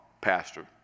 Pastor